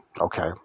Okay